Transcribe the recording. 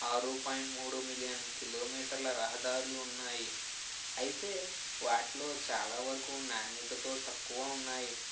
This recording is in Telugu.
ఆరు పాయింట్ మూడు మిలియన్ కిలోమీటర్ల రహదారులు ఉన్నాయి అయితే వాటిలో చాలా వరకు నాణ్యతతో తక్కువ ఉన్నాయి